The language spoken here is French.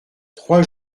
trois